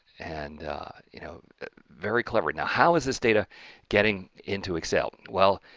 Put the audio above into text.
and you know very clever now. how is this data getting into excel? well,